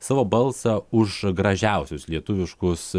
savo balsą už gražiausius lietuviškus